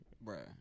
bro